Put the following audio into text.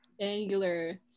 angular